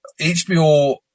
HBO